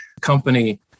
company